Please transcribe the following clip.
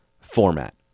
format